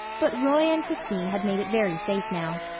but roy and christine had made it very safe now.